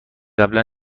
قبلا